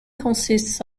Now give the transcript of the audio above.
consists